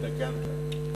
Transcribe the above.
הזדקנת.